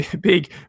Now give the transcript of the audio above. big